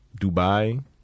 Dubai